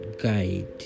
guide